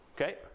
okay